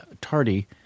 tardy –